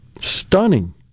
stunning